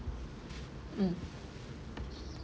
mm